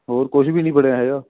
ਹੋਰ ਕੁਛ ਵੀ ਨਹੀਂ ਬਣਿਆ ਹੈਗਾ